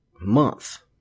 month